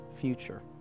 future